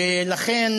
ולכן